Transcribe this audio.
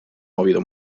movido